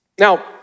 Now